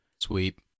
sweep